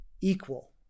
equal